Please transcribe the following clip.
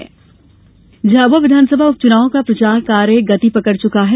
झाबुआ उपचुनाव झाबुआ विधानसभा उपचुनाव का प्रचार कार्य गति पकड़ चुका है